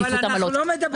אבל אנחנו לא מדברים על זה.